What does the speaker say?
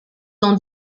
dans